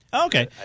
Okay